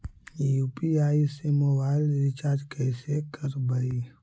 UPI से mobile recharge कैसे करबइ?